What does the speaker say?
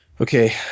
Okay